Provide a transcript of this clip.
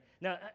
Now